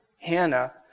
Hannah